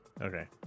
Okay